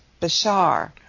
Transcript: Bashar